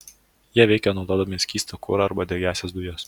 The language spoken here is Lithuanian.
jie veikia naudodami skystą kurą arba degiąsias dujas